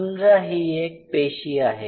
समजा ही एक पेशी आहे